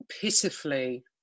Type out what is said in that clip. pitifully